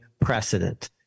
precedent